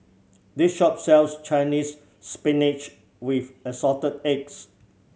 this shop sells Chinese Spinach with Assorted Eggs